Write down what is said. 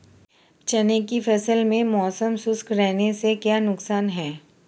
चने की फसल में मौसम शुष्क रहने से क्या नुकसान है?